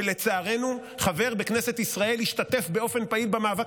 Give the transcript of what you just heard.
ולצערנו חבר בכנסת ישראל השתתף באופן פעיל במאבק